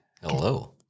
Hello